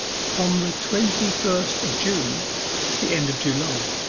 from the twenty-first of june to the end of july